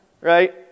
Right